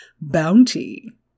bounty